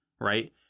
Right